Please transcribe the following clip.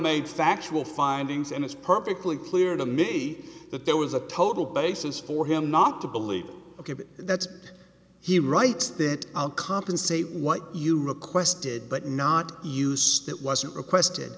made factual findings and it's perfectly clear to me that there was a total basis for him not to believe ok but that's he writes that compensate what you requested but not use that wasn't requested